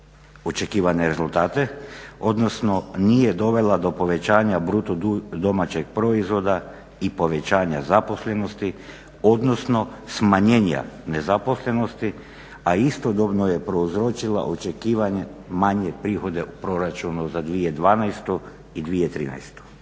očekivane rezultate, odnosno nije dovela do povećanja bruto domaćeg proizvoda i povećanja zaposlenosti, odnosno smanjenja nezaposlenosti, a istodobno je prouzročila očekivane manje prihode u proračunu za 2012. i 2013.